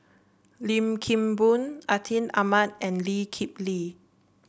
Lim Kim Boon Atin Amat and Lee Kip Lee